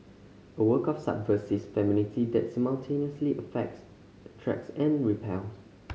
a work of subversive femininity that simultaneously effects attracts and repels